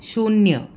शून्य